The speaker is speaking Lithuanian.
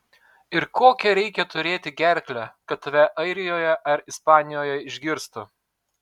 ir kokią reikia turėti gerklę kad tave airijoje ar ispanijoje išgirstų